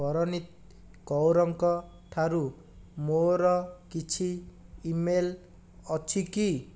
ପରନୀତ୍ କୌରଙ୍କ ଠାରୁ ମୋର କିଛି ଇମେଲ୍ ଅଛି କି